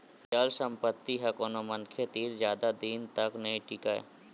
चल संपत्ति ह कोनो मनखे तीर जादा दिन तक नइ टीकय